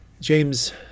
James